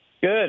Good